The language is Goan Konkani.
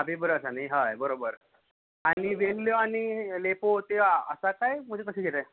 टायमूय बरो आसा न्ही हय बरोबर आनी व्हेल्ल्यो आनी लेपो त्यो आसा काय म्हजें कशें कितें